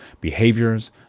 behaviors